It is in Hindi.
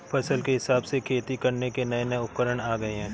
फसल के हिसाब से खेती करने के नये नये उपकरण आ गये है